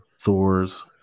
Thor's